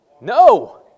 No